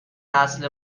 نسل